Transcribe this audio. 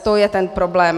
To je ten problém.